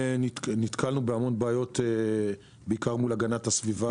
נתקלנו בהמון בעיות בעיקר מול הגנת הסביבה